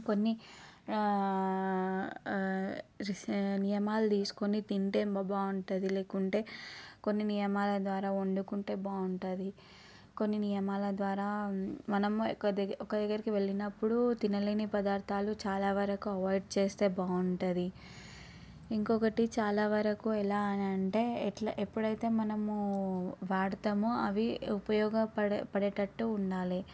కొన్ని రిస నియమాలు తీసుకొని తింటే బాగుంటుంది లేకుంటే కొన్ని నియమాల ద్వారా వండుకుంటే బాగుంటుంది కొన్ని నియమాల ద్వారా మనం ఎక్కువ దగ్గ ఒకరి దగ్గరికి వెళ్ళినపుడు తినలేని పదార్థాలు చాలా వరకు అవాయిడ్ చేస్తే బాగుంటుంది ఇంకొకటి చాలా వరకు ఎలా అని అంటే ఎట్లా ఎప్పుడైతే మనము వాడతామో అవి ఉపయోగపడే పడేటట్టు ఉండాలి